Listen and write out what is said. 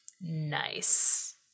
nice